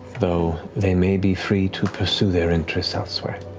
though they may be free to pursue their interests elsewhere.